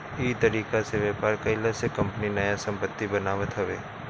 इ तरीका से व्यापार कईला से कंपनी नया संपत्ति बनावत हवे